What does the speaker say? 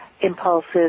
impulses